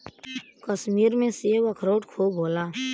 कश्मीर में सेब, अखरोट खूब होला